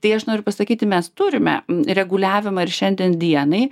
tai aš noriu pasakyti mes turime reguliavimą ir šiandien dienai